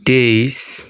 तेइस